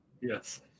Yes